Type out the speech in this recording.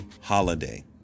holiday